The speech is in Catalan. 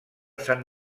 sant